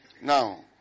Now